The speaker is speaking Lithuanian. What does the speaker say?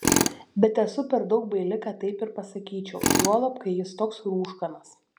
bet esu per daug baili kad taip ir pasakyčiau juolab kai jis toks rūškanas